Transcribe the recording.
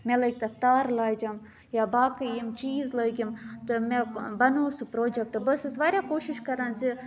مےٚ لٲگۍ تَتھ تارٕ لاجَم یا باقٕے یِم چیٖز لٲگیِم تہٕ مےٚ بَنوو سُہ پرٛوجَیکٹہٕ بہٕ ٲسٕس واریاہ کوٗشِش کَران زِ